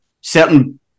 certain